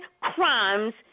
crimes